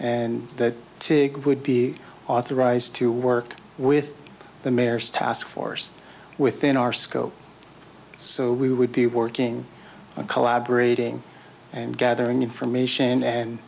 and that would be authorized to work with the mayor's task force within our scope so we would be working on collaborating and gathering information and